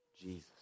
Jesus